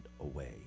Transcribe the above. away